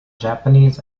japanese